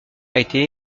été